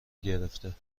گرفته